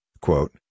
quote